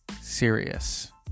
serious